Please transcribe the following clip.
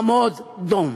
עמוד דום.